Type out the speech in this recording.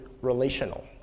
relational